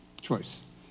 choice